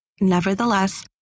Nevertheless